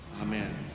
amen